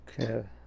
okay